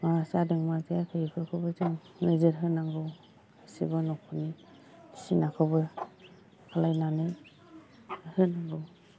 मा जादों मा जायाखै बेफोरखौबो जों नोजोर होनांगौ सोरबा न'खरनि सिमाखौबो खालामनानै होनांगौ